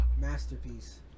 Masterpiece